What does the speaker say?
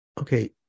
okay